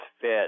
fit